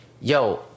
Yo